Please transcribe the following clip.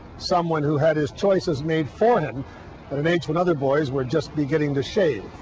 someone who had his choices made for him, at an age when other boys were just beginning to shave.